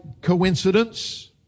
coincidence